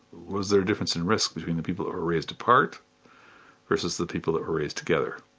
was there a difference in risk between the people who are raised apart versus the people that are raised together?